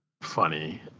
funny